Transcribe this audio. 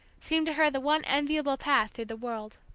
seemed to her the one enviable path through the world.